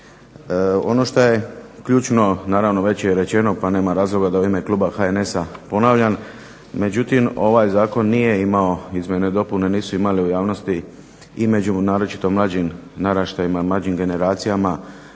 Ono što je ključno, naravno već je rečeno pa nema razloga da u ime kluba HNS-a ponavljam, međutim ovaj zakon nije imao izmjene i dopune, nisu imale u javnosti i među naročito mlađim naraštajima i mlađim generacijama